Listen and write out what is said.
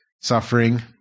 suffering